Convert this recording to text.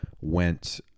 went